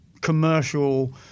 commercial